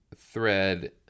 thread